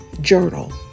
journal